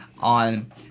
on